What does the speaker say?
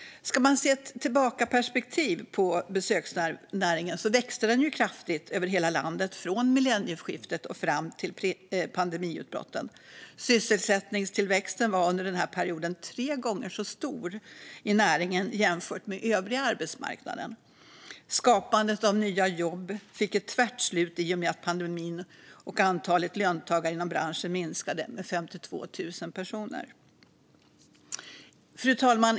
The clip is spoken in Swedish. Sett i ett tillbakaperspektiv på besöksnäringen växte den kraftigt över hela landet från millennieskiftet och fram till pandemiutbrottet. Sysselsättningstillväxten var under den här perioden tre gånger så stor i näringen jämfört med den övriga arbetsmarknaden. Skapandet av nya jobb fick ett tvärt slut i och med pandemin, och antalet löntagare inom branschen minskade med 52 000 personer. Fru talman!